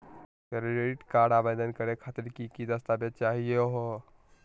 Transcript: Credit card आवेदन करे खातिर की की दस्तावेज चाहीयो हो?